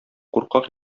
куркак